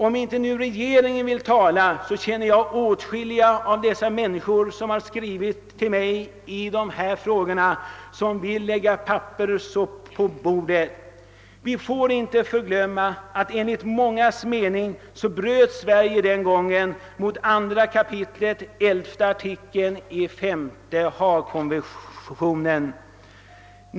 Om inte regeringen nu vill tala, så känner jag åtskilliga av dessa människor som har skrivit till mig i denna fråga och vill lägga papperen på bordet. Vi får inte glömma att Sverige enligt mångas mening den gången bröt mot 2:a kapitlet 11 artikeln i 5:e Haagkonventionen.